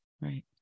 Right